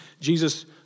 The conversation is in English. Jesus